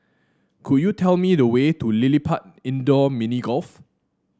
could you tell me the way to LilliPutt Indoor Mini Golf